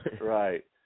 right